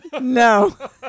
No